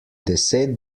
deset